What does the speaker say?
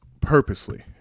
purposely